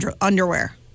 underwear